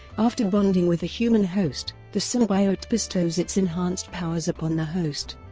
after bonding with a human host, the symbiote bestows its enhanced powers upon the host.